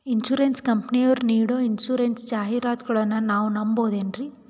Insurance ಕಂಪನಿಯರು ನೀಡೋ insurance ಜಾಹಿರಾತುಗಳನ್ನು ನಾವು ನಂಬಹುದೇನ್ರಿ?